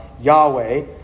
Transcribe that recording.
Yahweh